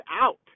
out